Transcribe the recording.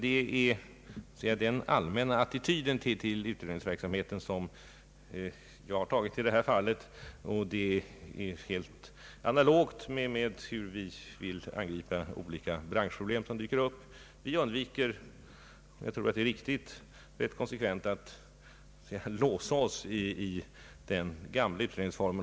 Det är den allmänna attityd som jag har intagit till utredningsverksamheten i det här fallet, och det är helt analogt med hur vi vill angripa olika branschproblem som dyker upp. Jag tror att det är viktigt att vi undviker att låsa oss i den gamla utredningsformen.